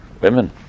women